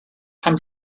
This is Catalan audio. amb